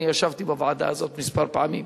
אני ישבתי בוועדה הזאת כמה פעמים,